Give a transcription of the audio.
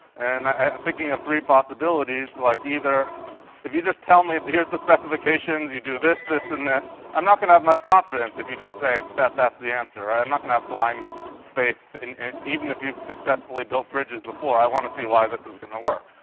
and i'm thinking of three possibilities, like either if you just tell me, here's the specifications, you do this, this, and this, i'm not going to have much confidence if you just say that that's the answer, right? i'm not going to have blind faith in even if you've successfully built bridges before, i want to see why this is going to work.